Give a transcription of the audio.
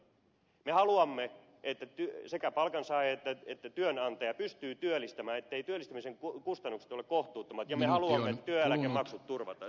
me haluamme että sekä palkansaaja että työnantaja pystyvät työllistämään etteivät työllistämisen kustannukset ole kohtuuttomat ja me haluamme työeläkkeet turvata